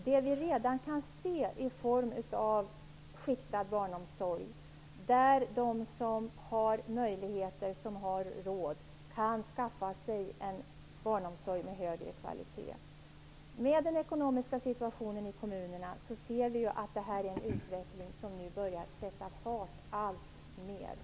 Det vi redan kan se i form av skiktad barnomsorg är att de som har råd kan skaffa sig en barnomsorg med högre kvalitet. Utifrån den ekonomiska situationen i kommunerna ser vi att det här är en utveckling som nu alltmer börjar sätta fart.